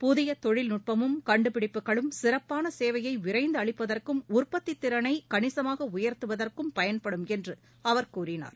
புதிய தொழில் நுட்பமும் கண்டுபிடிப்புகளும் சிறப்பான சேவையை விரைந்து அளிப்பதற்கும் உற்பத்தி திறனை கணிசமாக உயர்த்துவதற்கும் பயன்படும் என்று அவர் கூறினார்